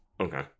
okay